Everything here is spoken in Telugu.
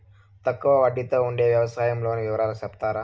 తక్కువ వడ్డీ తో ఉండే వ్యవసాయం లోను వివరాలు సెప్తారా?